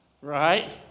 right